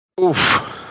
Oof